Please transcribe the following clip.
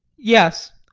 yes.